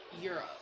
Europe